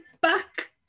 back